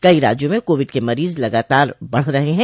कई राज्यों में कोविड के मरीज लगातार बढ रहे हैं